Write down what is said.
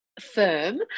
firm